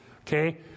Okay